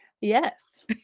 Yes